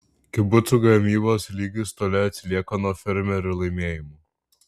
kibucų gamybos lygis toli atsilieka nuo fermerių laimėjimų